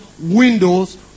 Windows